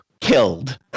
killed